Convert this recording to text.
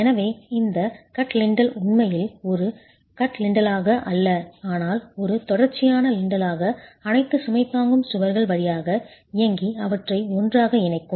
எனவே இந்த cut lintel உண்மையில் ஒரு கட் லிண்டலாக அல்ல ஆனால் ஒரு தொடர்ச்சியான லிண்டலாக அனைத்து சுமை தாங்கும் சுவர்கள் வழியாக இயங்கி அவற்றை ஒன்றாக இணைக்கும்